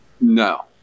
no